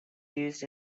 used